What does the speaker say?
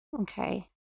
Okay